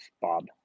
Bob